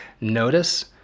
Notice